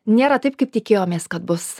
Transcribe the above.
nėra taip kaip tikėjomės kad bus